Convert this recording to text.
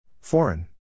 Foreign